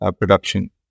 production